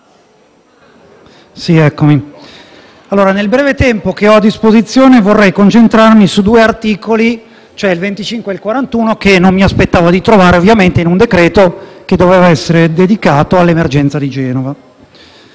Presidente, nel breve tempo che ho a disposizione vorrei concentrarmi su due articoli, cioè il 25 e il 41, che non mi aspettavo, ovviamente, di trovare in un decreto-legge che doveva essere dedicato all’emergenza di Genova.